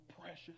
precious